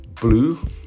blue